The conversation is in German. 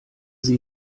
sie